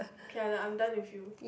K I'm done with you